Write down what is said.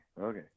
okay